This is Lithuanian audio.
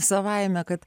savaime kad